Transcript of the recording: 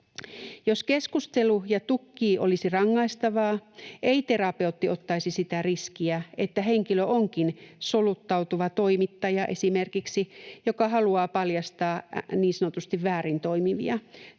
Jos keskustelu ja tuki olisi rangaistavaa, ei terapeutti ottaisi sitä riskiä, että henkilö onkin esimerkiksi soluttautuva toimittaja, joka haluaa paljastaa niin sanotusti väärin toimivia.